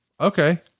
Okay